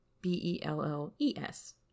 B-E-L-L-E-S